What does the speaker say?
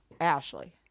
Ashley